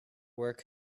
work